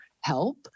help